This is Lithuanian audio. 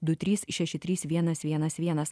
du trys šeši trys vienas vienas vienas